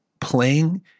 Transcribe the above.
playing